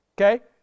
Okay